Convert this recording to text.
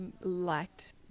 liked